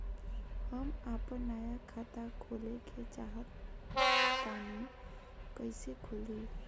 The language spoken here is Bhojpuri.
हम आपन नया खाता खोले के चाह तानि कइसे खुलि?